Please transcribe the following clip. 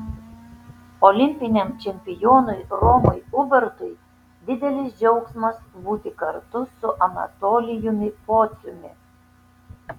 olimpiniam čempionui romui ubartui didelis džiaugsmas būti kartu su anatolijumi pociumi